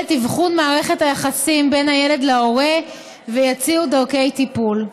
הכוללת אבחון מערכת היחסים בין הילד להורה ויציעו דרכי טיפול.